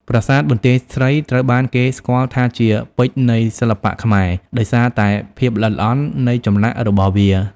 ប្រាសាទបន្ទាយស្រី ត្រូវបានគេស្គាល់ថាជា ពេជ្រនៃសិល្បៈខ្មែរ ដោយសារតែភាពល្អិតល្អន់នៃចម្លាក់របស់វា។